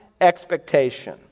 expectation